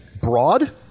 broad